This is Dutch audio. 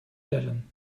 tellen